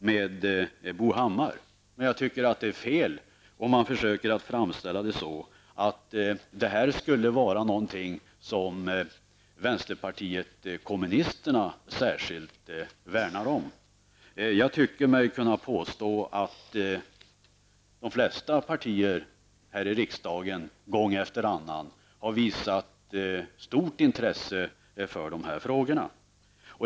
Men jag tycker att det är fel om man försöker framställa detta så, att det här skulle vara någonting som vänsterpartiet särskilt värnar om. Jag tror mig kunna påstå att de flesta partier här i riksdagen gång efter annan har visat ett stort intresse för dessa frågor.